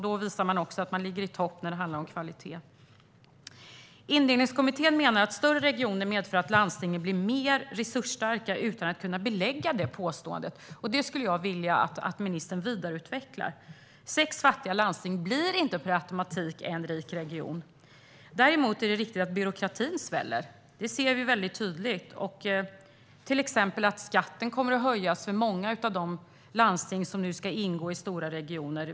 Då visar man också att man ligger i topp när det handlar om kvalitet. Indelningskommittén menar att större regioner medför att landstingen blir mer resursstarka utan att kunna belägga detta påstående. Det skulle jag vilja att ministern vidareutvecklar. Sex fattiga landsting blir inte per automatik en rik region. Däremot är det riktigt att byråkratin sväller. Det ser vi mycket tydligt. Exempelvis kommer skatten att höjas i många av de landsting som nu ska ingå i stora regioner.